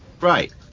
Right